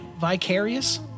Vicarious